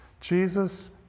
Jesus